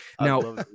Now